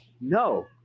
no